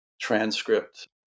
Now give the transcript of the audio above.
transcript